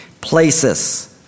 places